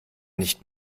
nicht